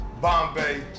Bombay